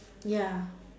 ya